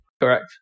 correct